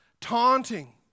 taunting